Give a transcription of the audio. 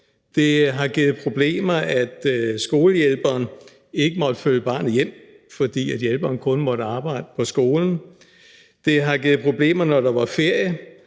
Det har givet problemer, at skolehjælperen ikke må følge barnet hjem, fordi hjælperen kun må arbejde på skolen. Det har givet problemer, når der er ferie